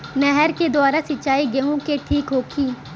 नहर के द्वारा सिंचाई गेहूँ के ठीक होखि?